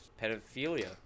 pedophilia